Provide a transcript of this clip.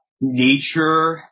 nature